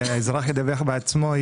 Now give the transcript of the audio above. שאזרח ידווח בעצמו,